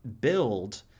build